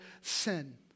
sin